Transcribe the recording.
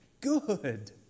good